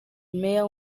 meya